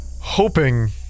hoping